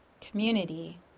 Community